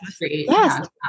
Yes